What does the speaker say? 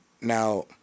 now